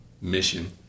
mission